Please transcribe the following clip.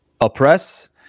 oppress